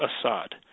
Assad